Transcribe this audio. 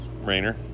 Rainer